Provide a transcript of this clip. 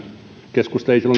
keskusta ei